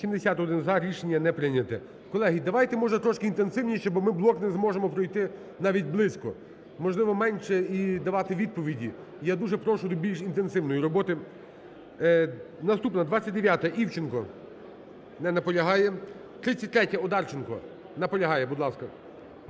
За-81 Рішення не прийняте. Колеги, давайте, може, трошки інтенсивніше, бо ми блок не зможемо пройти навіть близько. Можливо, менше і давати відповіді. Я дуже прошу до більш інтенсивної роботи. Наступна 29-а, Івченко. Не наполягає. 33-я, Одарченко. Наполягає. Будь ласка.